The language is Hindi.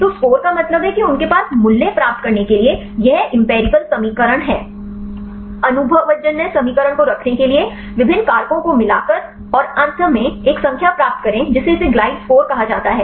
तो स्कोर का मतलब है कि उनके पास मूल्य प्राप्त करने के लिए यह इम्पीरिकल समीकरण है अनुभवजन्य समीकरण को रखने के लिए विभिन्न कारकों को मिलाकर और अंत में एक संख्या प्राप्त करें जिसे इसे ग्लाइड स्कोर कहा जाता है